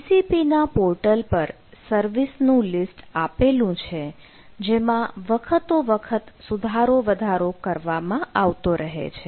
GCP ના portal પર service નું લિસ્ટ આપેલું છે જેમાં વખતોવખત સુધારો વધારો કરવામાં આવતો રહે છે